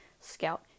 Scout